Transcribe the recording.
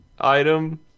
item